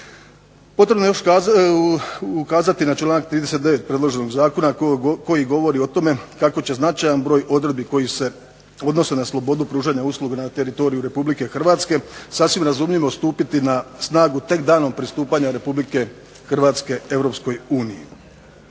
Potrebno je još ukazati na članak 39. predloženog zakona koji govori o tome kako će značajan broj odredbi koji se odnosi na slobodu pružanja usluga na teritoriju RH sasvim razumljivo stupiti na snagu tek danom pristupanja Republike Hrvatske EU. Ako uzmemo